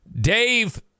Dave